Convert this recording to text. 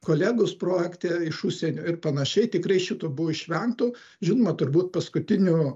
kolegos projekte iš užsienio ir panašiai tikrai šito buvo išvengto žinoma turbūt paskutiniu